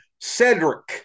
Cedric